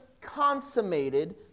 consummated